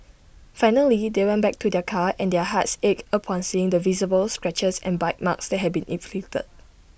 finally they went back to their car and their hearts ached upon seeing the visible scratches and bite marks that had been inflicted